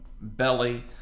belly